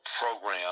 program